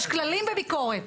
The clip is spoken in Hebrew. יש כללים בביקורת.